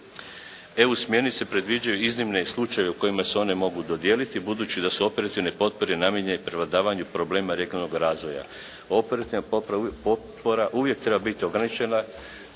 EU smjernice predviđaju iznimne slučajeve u kojima se one mogu dodijeliti budući da su operativne potpore namijenjene prevladavanju problema regionalnog razvoja. Operativna potpora uvijek treba biti ograničena